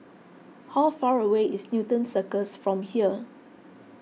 how far away is Newton Circus from here